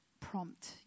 prompt